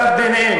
אתה עומד ביניהם,